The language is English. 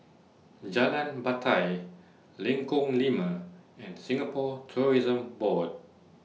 Jalan Batai Lengkong Lima and Singapore Tourism Board